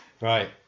Right